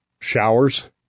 showers